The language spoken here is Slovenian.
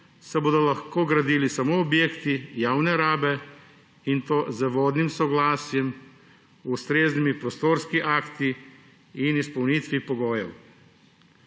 se bodo lahko gradili samo objekti javne rabe, in to z vodnim soglasjem, ustreznimi prostorski akti in ob izpolnitvi pogojev.